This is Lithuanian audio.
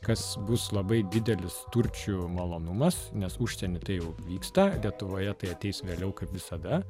kas bus labai didelis turčių malonumas nes užsienį tai jau vyksta lietuvoje tai ateis vėliau kaip visada